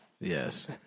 Yes